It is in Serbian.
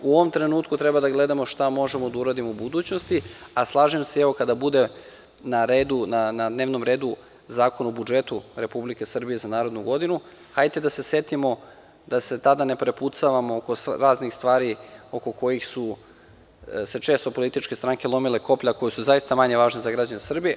U ovom trenutku treba da gledamo šta možemo da uradimo u budućnosti, a slažem se kada bude na dnevnom redu Zakon o budžetu Republike Srbije za narednu godinu, hajde da se setimo da se tada ne prepucavamo oko raznih stvari, oko kojih su se često političke stranke lomile koplja, koji su zaista manje važni za građane Srbije.